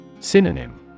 Synonym